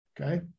Okay